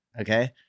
Okay